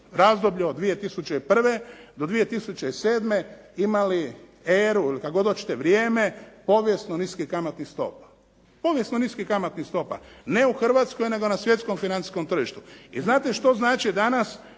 razdoblju od 2001. do 2007. imali eru, ili kako god hoćete, vrijeme povijesno niskih kamatnih stopa. Povijesno niskih kamatnih stopa. Ne u Hrvatskoj, nego na svjetskom financijskom tržištu. I znate što znači danas